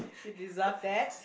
you deserve that